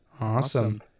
Awesome